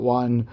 one